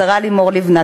השרה לימור לבנת,